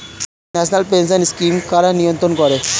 National pension scheme কারা নিয়ন্ত্রণ করে?